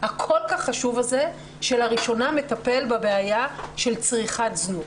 הכול כך חשוב הזה שלראשונה מטפל בבעיה של צריכת זנות.